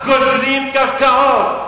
גוזלים קרקעות.